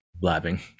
blabbing